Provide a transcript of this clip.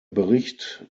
bericht